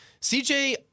CJ